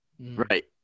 right